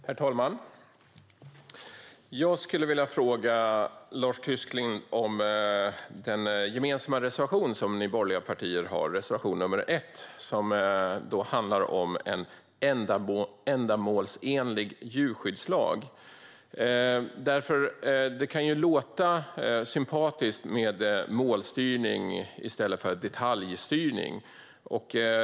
Herr talman! Jag skulle vilja fråga Lars Tysklind om den gemensamma reservation som ni borgerliga partier har, nämligen reservation 1 som handlar om en ändamålsenlig djurskyddslag. Det kan ju låta sympatiskt med målstyrning i stället för detaljstyrning.